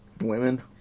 Women